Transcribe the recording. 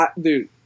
dude